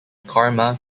karma